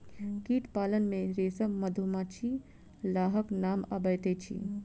कीट पालन मे रेशम, मधुमाछी, लाहक नाम अबैत अछि